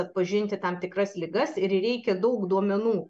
atpažinti tam tikras ligas ir reikia daug duomenų